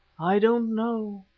i don't know.